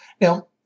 Now